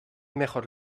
mejor